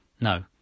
No